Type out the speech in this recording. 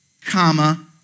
comma